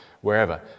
wherever